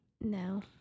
No